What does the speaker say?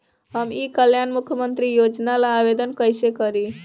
हम ई कल्याण मुख्य्मंत्री योजना ला आवेदन कईसे करी?